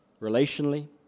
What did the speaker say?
relationally